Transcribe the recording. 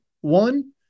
One